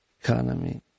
economy